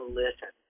listen